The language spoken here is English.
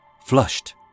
flushed